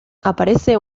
aparece